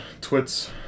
Twits